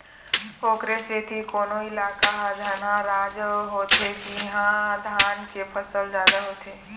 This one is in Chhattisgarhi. ओखरे सेती कोनो इलाका ह धनहा राज होथे जिहाँ धान के फसल जादा होथे